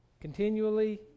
continually